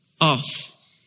off